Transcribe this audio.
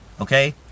Okay